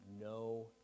no